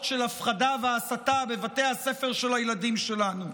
של הפחדה והסתה בבתי הספר של הילדים שלנו.